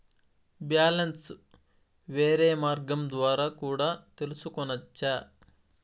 Balance వేరే మార్గం ద్వారా కూడా తెలుసుకొనొచ్చా?